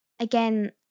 again